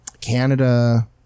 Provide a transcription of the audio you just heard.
Canada